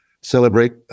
celebrate